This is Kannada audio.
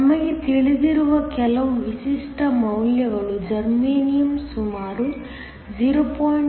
ನಮಗೆ ತಿಳಿದಿರುವ ಕೆಲವು ವಿಶಿಷ್ಟ ಮೌಲ್ಯಗಳು ಜರ್ಮೇನಿಯಮ್ ಸುಮಾರು 0